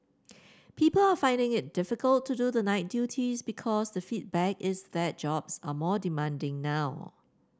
people are finding it difficult to do the night duties because the feedback is that jobs are more demanding now